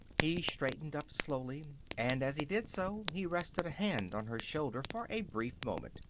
he straightened up slowly, and as he did so he rested a hand on her shoulder for a brief moment.